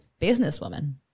businesswoman